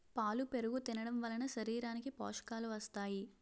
పాలు పెరుగు తినడంవలన శరీరానికి పోషకాలు వస్తాయి